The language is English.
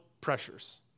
pressures